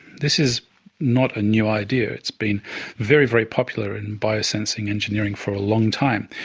this is not a new idea, it's been very, very popular in biosensing engineering for a long time.